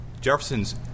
Jefferson's